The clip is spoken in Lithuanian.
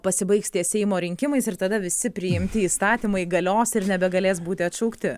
pasibaigs ties seimo rinkimais ir tada visi priimti įstatymai galios ir nebegalės būti atšaukti